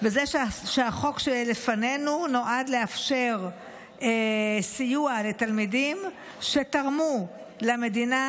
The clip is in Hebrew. וזה שהחוק שלפנינו נועד לאפשר סיוע לתלמידים שתרמו למדינה,